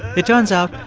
it turns out,